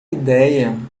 ideia